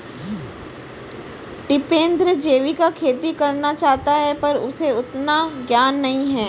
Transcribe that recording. टिपेंद्र जैविक खेती करना चाहता है पर उसे उतना ज्ञान नही है